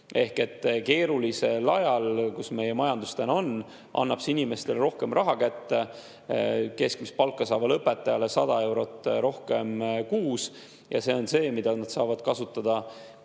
Ehk keerulisel ajal, mis meie majandusel praegu on, annab see inimestele rohkem raha kätte, keskmist palka saavale õpetajale 100 eurot rohkem kuus, ja see on see, mida nad saavad kasutada enda